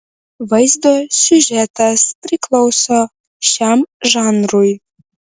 vaizdo siužetas priklauso šiam žanrui